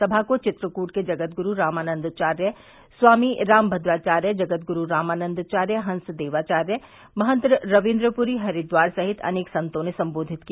सभा को चित्रकूट के जगतगुरू रामानंदावार्य स्वामी राम भद्रावार्य जगतगुरू रामानंदावार्य हस देवावार्य महंत रविन्द्रपूरी हरिद्वार सहित अनेक संतों ने सम्बोधित किया